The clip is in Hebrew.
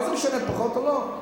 מה זה משנה פחות או לא.